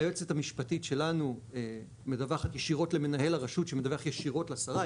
היועצת המשפטית שלנו מדווחת ישירות למנהל הרשות שמדווח ישירות לשרה,